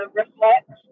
reflect